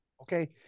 Okay